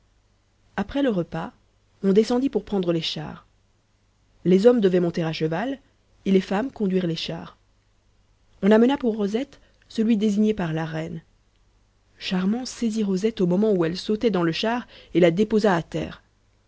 après le repas on descendit pour prendre les chars les hommes devaient monter à cheval et les femmes conduire les chars on amena pour rosette celui désigné par la reine charmant saisit rosette au moment où elle sautait dans le char et la déposa à terre